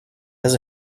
has